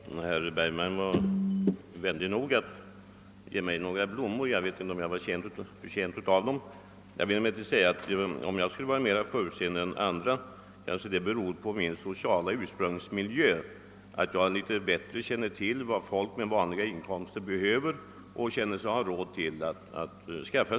Herr talman! Herr Bergman var vänlig nog att ge mig några blommor. Jag vet inte om jag förtjänade dem. Om jag är mera förutseende än andra, beror det kanske på att jag genom min sociala ursprungsmiljö något bättre känner till vad folk med vanliga inkomster behöver och känner sig ha råd att skaffa.